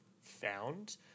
found